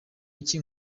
iki